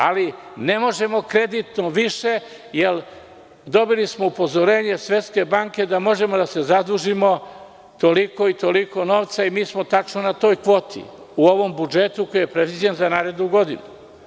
Ali, ne možemo kreditno više, jer smo dobili upozorenje Svetske banke da možemo da se zadužimo toliko i toliko novca i mi smo tačno na toj kvoti u ovom budžetu koji je predviđen za narednu godinu.